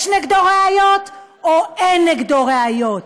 יש נגדו ראיות או אין נגדו ראיות.